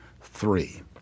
Three